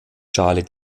charlie